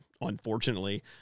Unfortunately